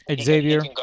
Xavier